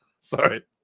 Sorry